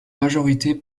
majorité